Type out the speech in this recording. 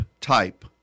type